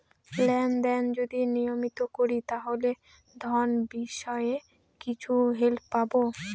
Lane দেন যদি নিয়মিত করি তাহলে ঋণ বিষয়ে কিছু হেল্প পাবো?